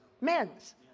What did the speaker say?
men's